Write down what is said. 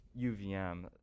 UVM